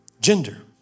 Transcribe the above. gender